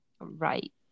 Right